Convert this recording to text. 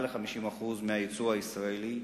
היום מעל 50% מהיצוא הישראלי.